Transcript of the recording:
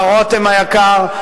מר רותם היקר,